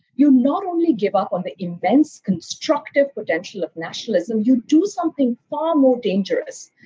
you'll not only give up on the immense constructive potential of nationalism you do something far more dangerous.